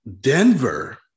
Denver